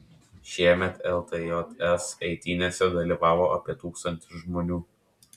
šiemet ltjs eitynėse dalyvavo apie tūkstantis žmonių